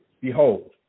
behold